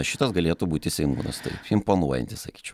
šitas galėtų būti seimūnas taip imponuojantis sakyčiau